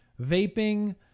vaping